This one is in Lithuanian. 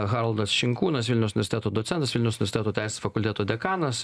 haroldas šinkūnas vilniaus universiteto docentas vilniaus universiteto teisės fakulteto dekanas